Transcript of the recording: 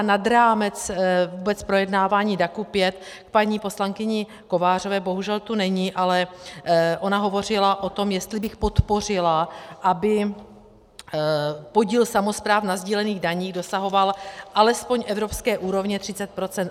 Nad rámec vůbec projednávání DAC 5 k paní poslankyni Kovářové, bohužel tu není, ale ona hovořila o tom, jestli bych podpořila, aby podíl samospráv na sdílených daních dosahoval alespoň evropské úrovně 30 %.